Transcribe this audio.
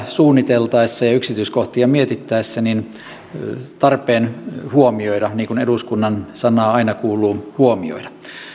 suunniteltaessa ja yksityiskohtia mietittäessä tarpeen huomioida niin kuin eduskunnan sana aina kuuluu huomioida